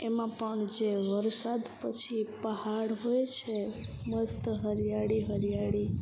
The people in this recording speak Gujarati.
એમાં પણ જે વરસાદ પછી પહાડ હોય છે મસ્ત હરિયાળી હરિયાળી